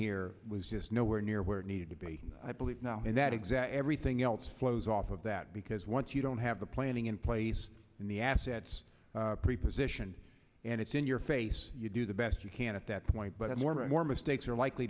here was just nowhere near where needed to be i believe now and that exact everything else flows off of that because once you don't have the planning in place and the assets preposition and it's in your face you do the best you can at that point but more and more mistakes are likely